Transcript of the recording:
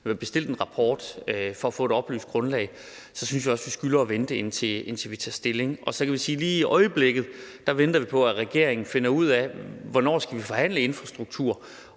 har bestilt en rapport for at få et oplyst grundlag, så synes jeg også, at vi skylder at vente med at tage stilling. Så kan jeg sige, at vi i øjeblikket venter på, at regeringen finder ud af, hvornår vi skal forhandle infrastruktur.